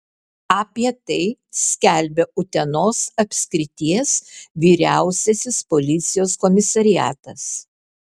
apie tai skelbia utenos apskrities vyriausiasis policijos komisariatas